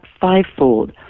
fivefold